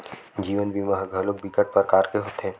जीवन बीमा ह घलोक बिकट परकार के होथे